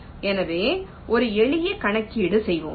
எனவே ஒரு எளிய கணக்கீடு செய்வோம்